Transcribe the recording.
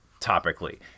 topically